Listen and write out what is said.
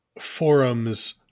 forums